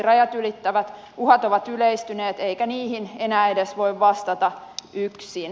rajat ylittävät uhat ovat yleistyneet eikä niihin enää edes voi vastata yksin